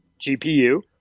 GPU